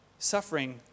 Suffering